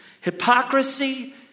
Hypocrisy